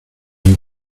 you